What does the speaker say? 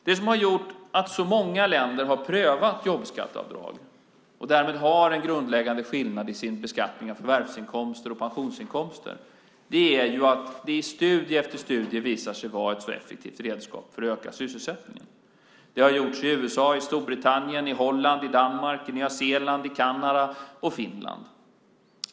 Det som har gjort att så många länder har prövat jobbskatteavdrag och därmed har en grundläggande skillnad i beskattningen av förvärvsinkomster och pensionsinkomster är ju att det i studie efter studie visar sig vara ett så effektivt redskap för att öka sysselsättningen. Det har gjorts i USA, Storbritannien, Holland, Danmark, Nya Zeeland, Kanada och Finland.